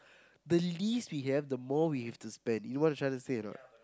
the least we have the more we have to spend you know what I'm trying to say or not